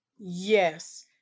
Yes